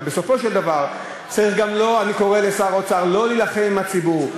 אבל בסופו של דבר אני קורא לשר האוצר לא להילחם עם הציבור,